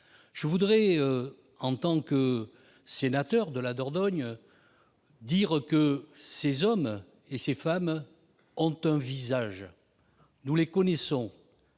Je voudrais, en tant que sénateur de la Dordogne, dire que ces femmes et ces hommes ont un visage. Nous les connaissons.